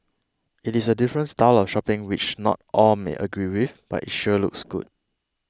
it is a different style of shopping which not all may agree with but it sure looks good